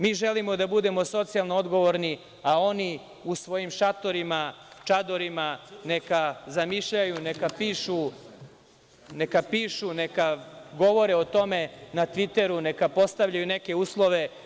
Mi želimo da budemo socijalno odgovorni, a oni u svojim šatorima, čadorima, neka zamišljaju, neka pišu, neka govore o tome na „tviteru“, neka postavljaju uslove.